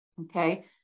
Okay